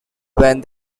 when